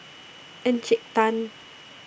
Encik Tan